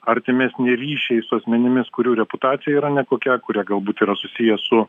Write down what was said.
artimesni ryšiai su asmenimis kurių reputacija yra nekokia kurie galbūt yra susiję su